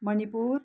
Manipur